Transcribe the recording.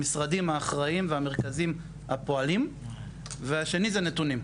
המשרדים האחראיים והמרכזים הפועלים והשני זה נתונים.